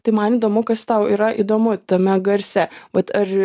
tai man įdomu kas tau yra įdomu tame garse vat ar